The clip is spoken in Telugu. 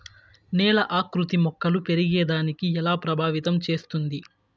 నేల ఆకృతి మొక్కలు పెరిగేదాన్ని ఎలా ప్రభావితం చేస్తుంది?